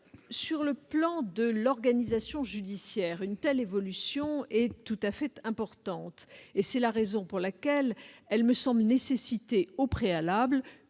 Sur le plan de l'organisation judiciaire, une telle évolution serait tout à fait importante, et c'est la raison pour laquelle elle me semble nécessiter au préalable,